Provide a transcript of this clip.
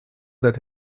that